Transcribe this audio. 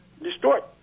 distort